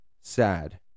sad